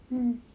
mm